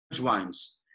wines